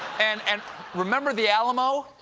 and and remember the alamo?